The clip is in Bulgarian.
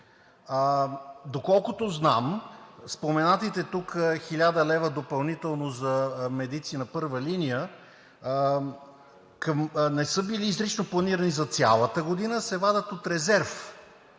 Доколкото знам, споменатите тук 1000 лв. допълнително за медиците на първа линия не са били изрично планирани за цялата година, а се вадят от резерв.